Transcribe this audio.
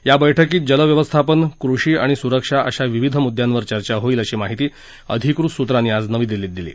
या बैठकीत जलव्यवस्थापन कृषी आणि सुरक्षा अशा विविध मुद्द्यांवर चर्चा होईल अशी माहिती अधिकृत सूत्रांनी आज नवी दिल्लीत दिली